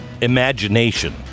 imagination